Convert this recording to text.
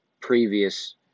previous